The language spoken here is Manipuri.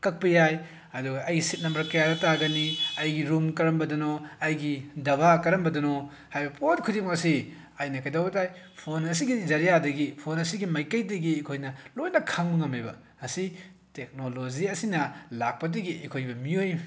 ꯀꯛꯄ ꯌꯥꯏ ꯑꯗꯨꯒ ꯑꯩ ꯁꯤꯠ ꯅꯝꯕꯔ ꯀꯌꯥꯗ ꯇꯥꯒꯅꯤ ꯑꯩꯒꯤ ꯔꯨꯝ ꯀꯔꯝꯕꯗꯅꯣ ꯑꯩꯒꯤ ꯗꯥꯕꯥ ꯀꯔꯝꯕꯗꯅꯣ ꯍꯥꯏꯕ ꯄꯣꯠ ꯈꯨꯗꯤꯡꯃꯛ ꯑꯁꯤ ꯑꯩꯅ ꯀꯩꯗꯧꯕ ꯇꯥꯏ ꯐꯣꯟ ꯑꯁꯤꯒꯤ ꯐꯣꯟ ꯑꯁꯤꯒꯤ ꯃꯥꯏꯀꯩꯗꯒꯤ ꯑꯩꯈꯣꯏꯅ ꯂꯣꯏꯅ ꯈꯪꯕ ꯉꯝꯃꯦꯕ ꯑꯁꯤ ꯇꯦꯛꯅꯣꯂꯣꯖꯤ ꯑꯁꯤꯅ ꯂꯥꯛꯄꯗꯒꯤ ꯑꯩꯈꯣꯏ ꯃꯤꯑꯣꯏ